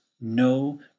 no